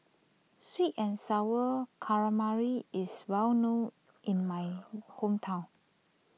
Sweet and Sour Calamari is well known in my hometown